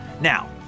Now